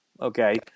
okay